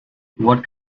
what